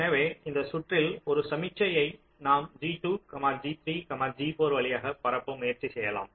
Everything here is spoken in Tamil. எனவே இந்த சுற்றில் ஒரு சமிக்ஞையை நாம் G2 G3 G4 வழியாக பரப்ப முயற்சி செய்யலாம்